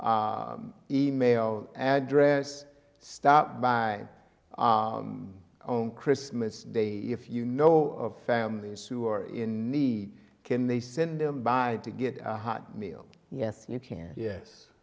that email address stopped by on christmas day if you know of families who are in need can they send them by to get a hot meal yes you can yes